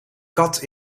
kat